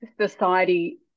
society